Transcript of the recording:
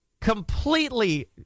completely